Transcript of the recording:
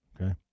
Okay